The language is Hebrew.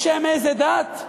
בשם איזו דת?